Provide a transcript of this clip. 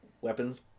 weapons